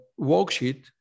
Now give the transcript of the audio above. worksheet